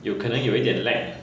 有肯能有一点 lag ah